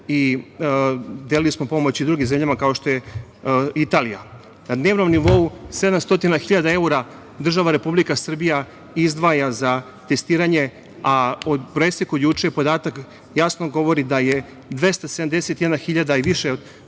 i delili smo pomoć i drugim zemljama kao što je Italija. Na dnevnom nivou 700.000 evra država Republika Srbija izdvaja za testiranje, a u preseku od juče podatak jasno govori da je 271.000 i više od